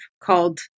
called